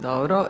Dobro.